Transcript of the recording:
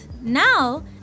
Now